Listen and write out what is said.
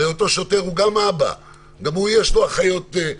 הרי אותו שוטר הוא גם אבא, גם לו יש אחיות קטנות.